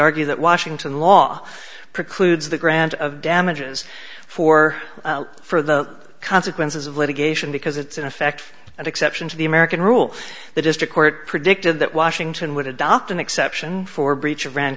argue that washington law precludes the grant of damages for for the consequences of litigation because it's in effect an exception to the american rule the district court predicted that washington would adopt an exception for breach of